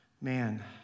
man